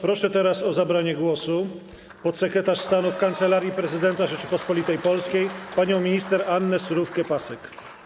Proszę o zabranie głosu podsekretarz stanu w Kancelarii Prezydenta Rzeczypospolitej Polskiej panią minister Annę Surówkę-Pasek.